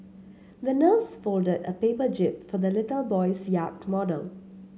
the nurse folded a paper jib for the little boy's yacht model